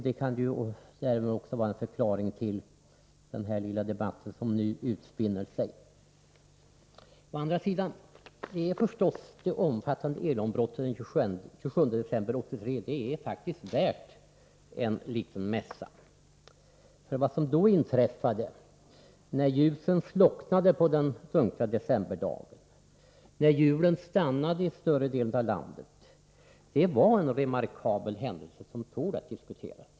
Det kan också vara en förklaring till den lilla debatt som nu utspinner sig. Å andra sidan är förstås det omfattande elavbrottet den 27 december 1983 värt en liten mässa. Vad som då inträffade — när ljuset slocknade denna dunkla decemberdag och hjulen stannade i större delen av landet — var en remarkabel händelse, som tål att diskuteras.